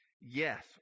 yes